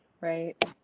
Right